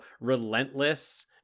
relentless –